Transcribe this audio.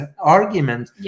argument